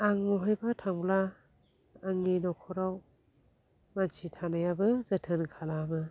आं अहायबा थांब्ला आंनि नखराव मानसि थानायाबो जोथोन खालामो